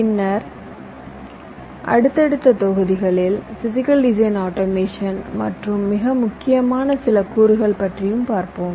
பின்னர் அடுத்தடுத்த தொகுதிகளில் பிசிகல் டிசைன் ஆட்டோமேஷன் மற்றும் மிக முக்கியமான சில கூறுகள் பற்றியும் பார்ப்போம்